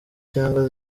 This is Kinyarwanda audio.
cyangwa